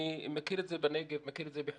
אני מכיר את זה בנגב, מכיר את זה בחורה,